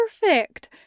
perfect